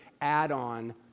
add-on